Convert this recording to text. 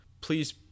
please